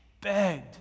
begged